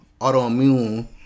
autoimmune